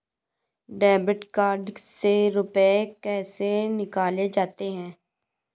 Debit card से रुपये कैसे निकाले जाते हैं?